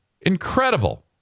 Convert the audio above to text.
Incredible